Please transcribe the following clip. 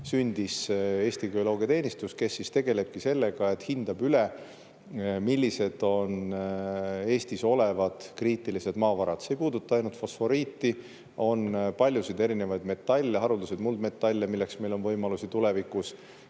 sündis Eesti Geoloogiateenistus, kes tegelebki sellega, et hindab, millised on Eestis olevad kriitilised maavarad. See ei puuduta ainult fosforiiti. On paljusid erinevaid metalle, haruldasi muldmetalle, milleks meil on võimalusi tulevikus.